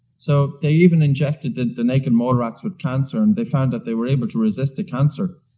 so they even injected the the naked mole rats with cancer, and they found that they were able to resist the cancer.